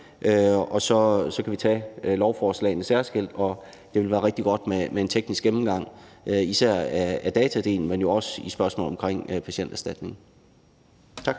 og så kan vi tage lovforslagene særskilt. Og det ville være rigtig godt med en teknisk gennemgang især af datadelen, men jo også i forhold til spørgsmålet om Patienterstatningen. Tak.